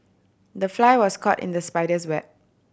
the fly was caught in the spider's web